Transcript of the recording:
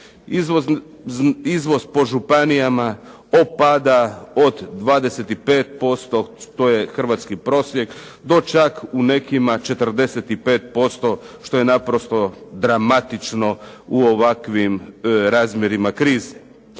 Izvoz po županijama opada od 25%, to je hrvatski prosjek, do čak u nekima 45% što je naprosto dramatično u ovakvim razmjerima krize.